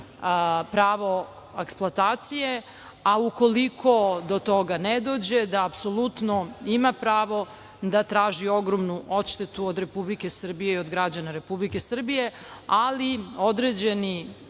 pravo eksploatacije, a ukoliko do toga ne dođe da apsolutno ima pravo da traži ogromnu odštetu od Republike Srbije i od građana Republike Srbije. Određeni